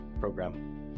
program